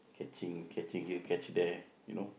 catching catching here catch there you know